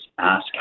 ask